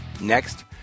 Next